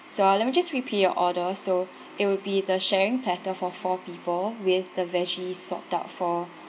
so uh let me just repeat your order so it will be the sharing platter for four people with the veggies swapped out for